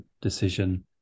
decision